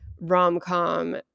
rom-com